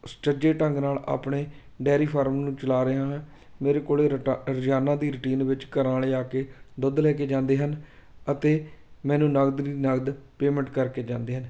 ਸੁਚੱਜੇ ਢੰਗ ਨਾਲ ਆਪਣੇ ਡੇਅਰੀ ਫਾਰਮ ਨੂੰ ਚਲਾ ਰਿਹਾ ਹਾਂ ਮੇਰੇ ਕੋਲ ਰਟਾ ਰੋਜ਼ਾਨਾ ਦੀ ਰੁਟੀਨ ਵਿੱਚ ਘਰਾਂ ਵਾਲੇ ਆ ਕੇ ਦੁੱਧ ਲੈ ਕੇ ਜਾਂਦੇ ਹਨ ਅਤੇ ਮੈਨੂੰ ਨਗਦ ਦੀ ਨਗਦ ਪੇਮੈਂਟ ਕਰਕੇ ਜਾਂਦੇ ਹਨ